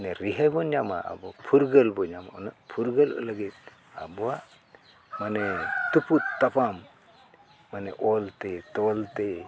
ᱢᱟᱱᱮ ᱨᱤᱦᱟᱹ ᱵᱚᱱ ᱧᱟᱢᱟ ᱟᱵᱚ ᱯᱷᱩᱨᱜᱟᱹᱞ ᱵᱚᱱ ᱧᱟᱢᱟ ᱩᱱᱟᱹᱜ ᱯᱷᱩᱨᱜᱟᱹᱞ ᱞᱟᱹᱜᱤᱫ ᱟᱵᱚᱣᱟᱜ ᱢᱟᱱᱮ ᱛᱩᱯᱩᱫ ᱛᱟᱯᱟᱢ ᱢᱟᱱᱮ ᱚᱞᱛᱮ ᱛᱚᱞ ᱛᱮ